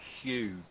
huge